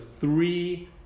three